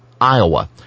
Iowa